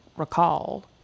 recall